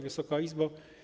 Wysoka Izbo!